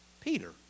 Peter